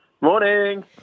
Morning